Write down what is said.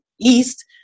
east